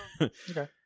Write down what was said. Okay